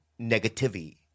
negativity